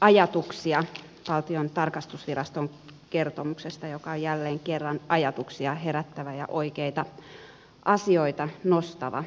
ajatuksia valtiontalouden tarkastusviraston kertomuksesta joka on jälleen kerran ajatuksia herättävä ja oikeita asioita nostava